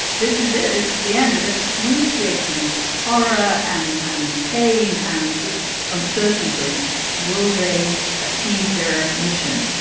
this is it. this is the end of excruciating horror and and pain and just uncertainty. will they achieve their mission?